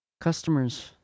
Customers